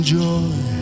joy